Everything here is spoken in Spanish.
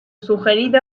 sugerido